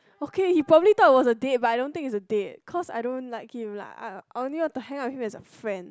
okay he probably thought was a date but I don't think it's a date cause I don't like him like I I only want to hang out with him as a friend